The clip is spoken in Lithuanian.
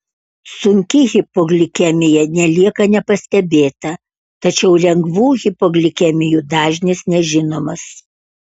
sunki hipoglikemija nelieka nepastebėta tačiau lengvų hipoglikemijų dažnis nežinomas